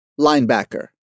linebacker